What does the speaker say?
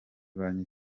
banki